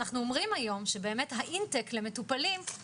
נמצאים איתנו ההסתדרות הרפואית בשיתוף אותם לוחמי נפש מטופלים ומתמודדים